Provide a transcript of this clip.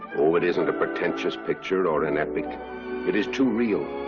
oh it isn't a pretentious picture or an epic it is too real,